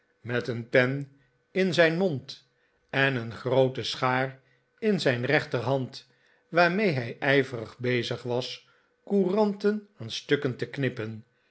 met een pen in de heer jefferson brick zijn mond en een groote schaar in zijn rechterhand waarmee hij ijverig bezig was couranten aan stukken te knippen